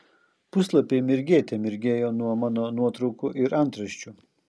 puslapiai mirgėte mirgėjo nuo mano nuotraukų ir antraščių